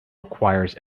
requires